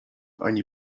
ani